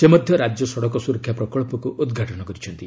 ସେ ମଧ୍ୟ ରାଜ୍ୟ ସଡ଼କ ସୁରକ୍ଷା ପ୍ରକଚ୍ଚକୁ ଉଦ୍ଘାଟନ କରିଛନ୍ତି